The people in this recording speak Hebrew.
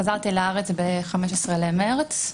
חזרתי לארץ ב-15 במרץ,